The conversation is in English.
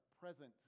present